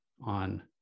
on